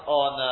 on